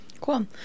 Cool